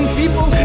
people